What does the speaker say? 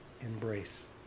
embrace